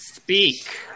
Speak